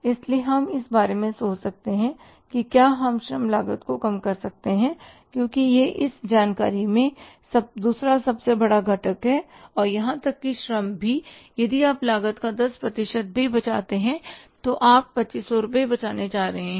इसलिए हम इस बारे में सोच सकते हैं कि क्या हम श्रम लागत को कम कर सकते हैं क्योंकि यह इस जानकारी में दूसरा सबसे बड़ा घटक है और यहां तक कि श्रम भी यदि आप लागत का 10 प्रतिशत भी बचाते हैं तो आप 2500 रुपये बचाने जा रहे हैं